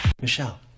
Michelle